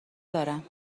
دارم